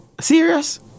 Serious